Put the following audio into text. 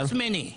חוץ ממני,